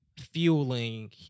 fueling